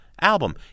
album